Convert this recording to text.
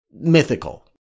mythical